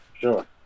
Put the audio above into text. Sure